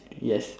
yes